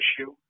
issue